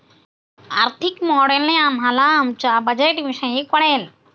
आर्थिक मॉडेलने आम्हाला आमच्या बजेटविषयी कळेल